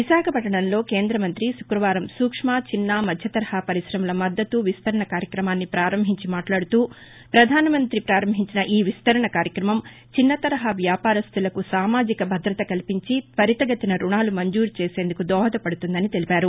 విశాఖపట్టణంలో కేంద్రమంతి శుక్రవారం సూక్ష్మ చిన్న మధ్య తరహా పరిశమల మద్దతు విస్తరణ కార్యక్రమాన్ని ప్రారంభించి మాట్లాడుతూ ప్రధానమంత్రి నరేంద్రమోదీ ప్రారంభించిన ఈ విస్తరణ కార్యక్రమం చిన్నతరహా వ్యాపారస్థలకు సామాజిక భద్రత కల్పించి త్వరితగతిన రుణాలు మంజూరు చేసేందుకు దోహద పడుతుందని తెలిపారు